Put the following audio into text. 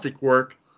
work